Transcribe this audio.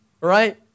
right